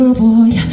boy